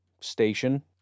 station